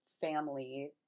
family